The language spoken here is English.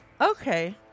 Okay